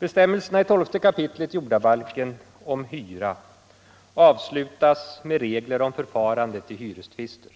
Bestämmelserna i 12 kap. jordabalken om hyra avslutas med regler om förfarandet i hyrestvister.